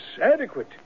adequate